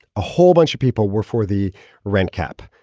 a whole bunch of people were for the rent cap.